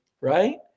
right